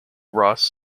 ross